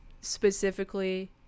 specifically